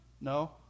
No